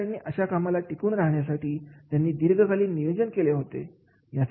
कर्मचाऱ्यांनी अशा कामाला टिकून राहण्यासाठी त्यांनी दीर्घकालीन नियोजन केले होते